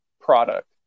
product